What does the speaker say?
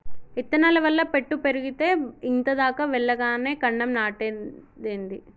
ఇత్తనాల వల్ల పెట్టు పెరిగేతే ఇంత దాకా వెల్లగానే కాండం నాటేదేంది